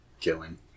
killing